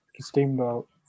Steamboat